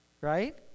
right